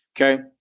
Okay